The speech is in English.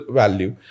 value